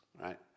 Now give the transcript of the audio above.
right